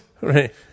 right